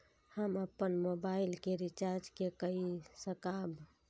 हम अपन मोबाइल के रिचार्ज के कई सकाब?